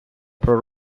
про